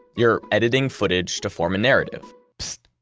you're editing footage to form a narrative psst,